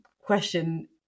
question